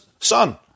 son